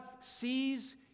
sees